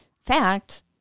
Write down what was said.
fact